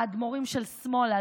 האדמו"רים של שמאלה,